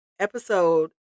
Episode